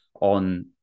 on